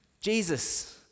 Jesus